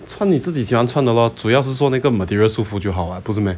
穿你自己喜欢穿的 lor 主要是说那个 material 舒服就好 lah 不是 meh